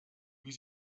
wie